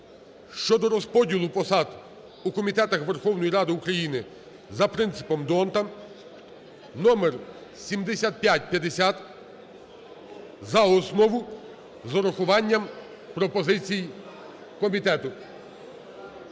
щодо розподілу посад у комітетах Верховної Ради України за принципом д?Ондта (№ 7550) за основу з урахуванням пропозицій комітету.